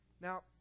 Now